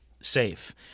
safe